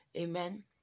Amen